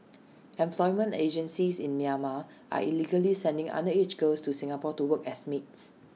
employment agencies in Myanmar are illegally sending underage girls to Singapore to work as maids